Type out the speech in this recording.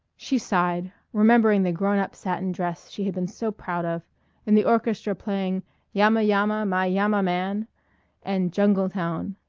she sighed, remembering the grown-up satin dress she had been so proud of and the orchestra playing yama-yama, my yama man and jungle-town.